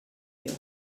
you